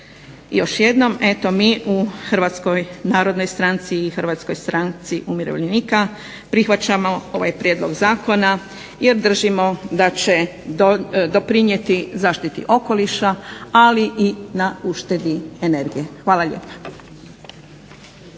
ovog zakona. Eto mi u Hrvatskoj narodnoj stranci i Hrvatskoj stranci umirovljenika prihvaćamo ovaj Prijedlog zakona jer držimo da će doprinijeti na zaštiti okoliša ali i na uštedi energije. Hvala lijepa.